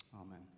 Amen